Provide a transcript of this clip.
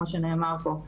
כמו שנאמר פה.